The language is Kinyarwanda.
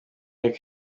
y’uko